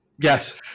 Yes